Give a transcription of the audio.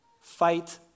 fight